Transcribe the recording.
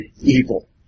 evil